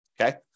okay